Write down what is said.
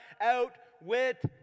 outwit